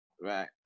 right